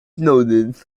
noted